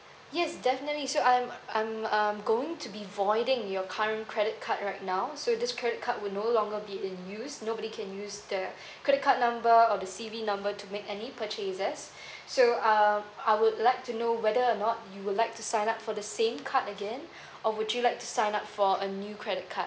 yes definitely so I'm I'm uh going to be voiding your current credit card right now so this credit card will no longer be in use nobody can use the credit card number or the C_V number to make any purchases so uh I would like to know whether or not you would like to sign up for the same card again or would you like to sign up for a new credit card